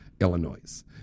Illinois